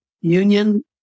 union